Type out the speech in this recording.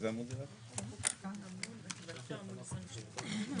זה עמוד 38?